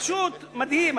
פשוט מדהים.